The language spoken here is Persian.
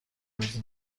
ابرازی